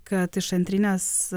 kad iš antrinės